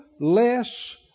less